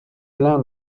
plein